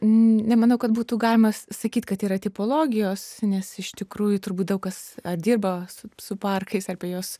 nemanau kad būtų galima sakyt kad yra tipologijos nes iš tikrųjų turbūt daug kas ar dirba su su parkais apie jos